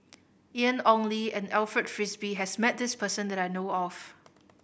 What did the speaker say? Ian Ong Li and Alfred Frisby has met this person that I know of